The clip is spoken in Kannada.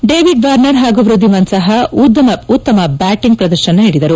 ಡೇವಿಡ್ ವಾರ್ನರ್ ಹಾಗೂ ವ್ಯಧಿಮನ್ ಸಾಹ ಉತ್ತಮ ಬ್ಯಾಟಿಂಗ್ ಪ್ರದರ್ಶನ ನೀಡಿದರು